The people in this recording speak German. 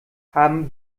haben